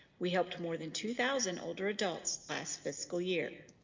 we helped more than two thousand older adults last fiscal year